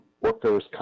workers